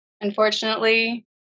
unfortunately